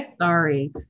Sorry